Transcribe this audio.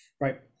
Right